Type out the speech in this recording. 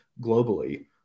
globally